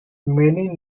many